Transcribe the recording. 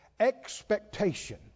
expectation